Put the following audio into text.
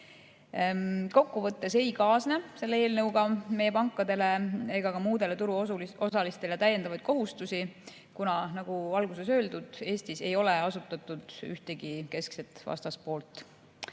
Kokkuvõttes ei kaasne selle eelnõuga meie pankadele ega muudele turuosalistele täiendavaid kohustusi, kuna, nagu alguses öeldud, Eestis ei ole asutatud ühtegi keskset vastaspoolt.